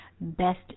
best